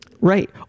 right